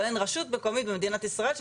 והבעיה היא של רשות מקומית במדינת ישראל שהיא